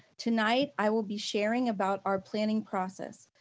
tonight i will be sharing about our planning process,